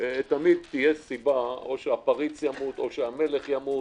תמיד תהיה סיבה: או שהפריץ ימות או שהמלך ימות